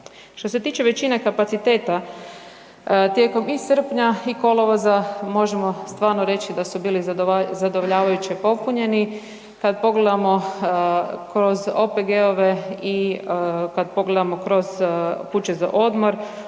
Što se tiče većine kapaciteta tijekom i srpnja i kolovoza možemo stvarno reći da su bili zadovoljavajuće popunjeni. Kada pogledamo kroz OPG-ove i kada pogledamo kroz kuće za odmor